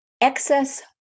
excess